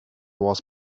was